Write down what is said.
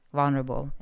vulnerable